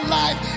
life